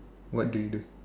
what do you do